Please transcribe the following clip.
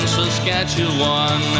Saskatchewan